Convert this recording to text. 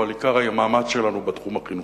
אבל עיקר המאמץ שלנו הוא בתחום החינוכי.